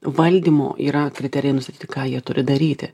valdymo yra kriterijai nustatyti ką jie turi daryti